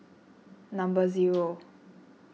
number zero